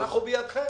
בידכם.